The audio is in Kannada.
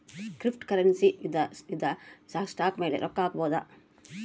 ಕ್ರಿಪ್ಟೋಕರೆನ್ಸಿ ಇಂದ ಸ್ಟಾಕ್ ಮೇಲೆ ರೊಕ್ಕ ಹಾಕ್ಬೊದು